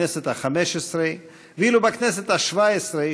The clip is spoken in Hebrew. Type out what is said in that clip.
מהכנסת הארבע-עשרה עד הכנסת השבע-עשרה,